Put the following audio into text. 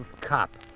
cop